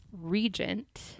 Regent